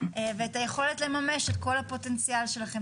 ואת היכולת לממש את כל הפוטנציאל שלכם.